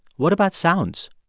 what about sounds?